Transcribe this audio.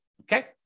okay